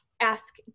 ask